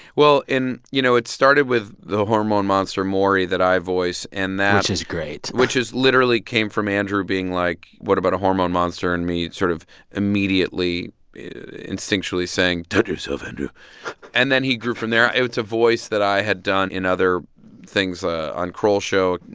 well, in you know, it started with the hormone monster maury that i voice and is great which is literally came from andrew being like, what about a hormone monster and me sort of immediately instinctually saying touch yourself, andrew and then he grew from there. it's a voice that i had done in other things, ah on kroll show,